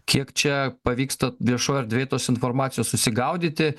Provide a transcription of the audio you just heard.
kiek čia pavyksta viešoj erdvėj tos informacijos susigaudyti